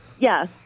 Yes